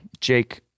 Jake